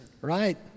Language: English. right